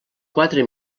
quatre